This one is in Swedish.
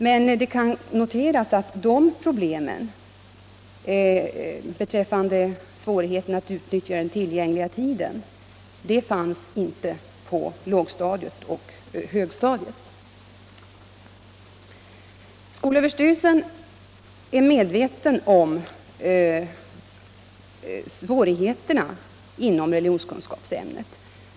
Men det kan noteras att problemen när det gäller att utnyttja den tillgängliga tiden inte fanns på lågstadiet och högstadiet. Skolöverstyrelsen är medveten om svårigheterna inom religionskunskapsämnet.